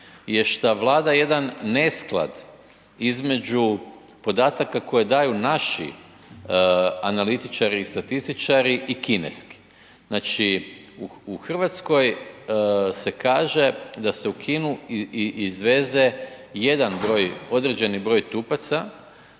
je šta vlada jedan nesklad između podataka koji daju naši analitičari i statističari i kineski, znači u Hrvatskoj se kaže da se u Kinu izveze jedan broj, određeni broj trupaca,